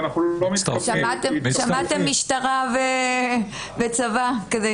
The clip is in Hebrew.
שמעתם משטרה וצבא?